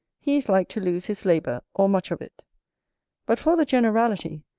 he is like to lose his labour, or much of it but for the generality,